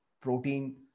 protein